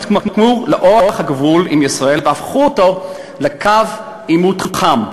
התמקמו לאורך הגבול עם ישראל והפכו אותו לקו עימות חם.